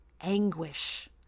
anguish